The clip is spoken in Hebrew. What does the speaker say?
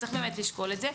יש לשקול את זה.